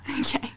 Okay